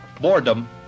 boredom